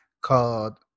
called